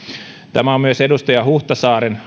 tämä on myös edustaja huhtasaaren